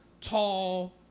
tall